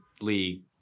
league